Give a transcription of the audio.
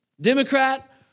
Democrat